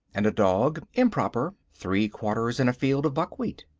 and a dog, improper, three-quarters in a field of buckwheat.